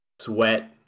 sweat